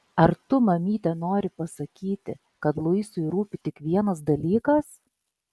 ar tu mamyte nori pasakyti kad luisui rūpi tik vienas dalykas